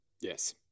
Yes